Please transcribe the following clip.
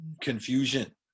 confusion